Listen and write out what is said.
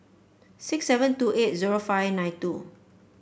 six seven two eight zero five nine two